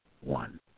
one